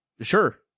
Sure